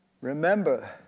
Remember